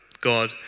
God